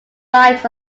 likes